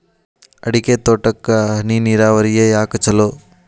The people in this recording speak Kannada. ಅಡಿಕೆ ತೋಟಕ್ಕ ಹನಿ ನೇರಾವರಿಯೇ ಯಾಕ ಛಲೋ?